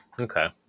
Okay